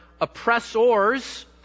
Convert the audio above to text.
oppressors